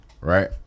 Right